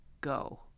Go